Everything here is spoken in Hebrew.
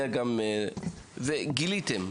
וגיליתם,